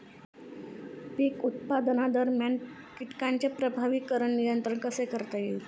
पीक उत्पादनादरम्यान कीटकांचे प्रभावीपणे नियंत्रण कसे करता येईल?